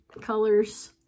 colors